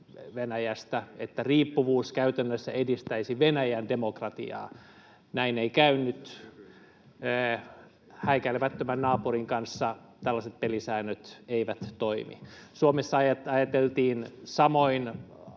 Venäjästä, että riippuvuus käytännössä edistäisi Venäjän demokratiaa. Näin ei käynyt. Häikäilemättömän naapurin kanssa tällaiset pelisäännöt eivät toimi. Suomessa ajateltiin samoin